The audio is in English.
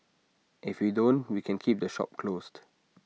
if we don't we can keep the shop closed